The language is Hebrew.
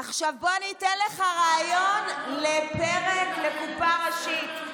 עכשיו בוא אני אתן לך רעיון לפרק ל"קופה ראשית".